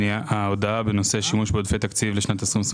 ההודעה בנושא שימוש בעודפי תקציב לשנת 23'